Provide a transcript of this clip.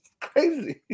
crazy